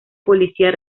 policía